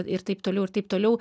ir taip toliau ir taip toliau